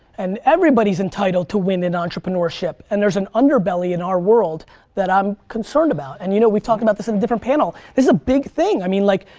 and everybody's entitled to win in entrepreneurship. and there's an underbelly in our world that i'm concerned about, and you know we've talked about this different panel this is a big thing, i mean like